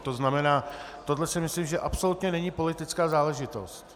To znamená, tohle si myslím, že absolutně není politická záležitost.